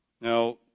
Now